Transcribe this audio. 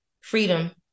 freedom